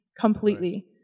completely